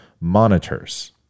monitors